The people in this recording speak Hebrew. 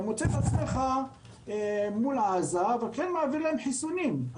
אתה מוצא את עצמך מול עזה ומעביר להם חיסונים.